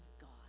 God